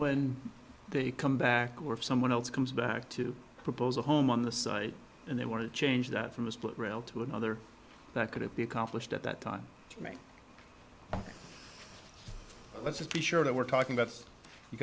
when they come back or someone else comes back to propose a home on the site and they want to change that from a split rail to another that couldn't be accomplished at that time to me let's just be sure that we're talking about you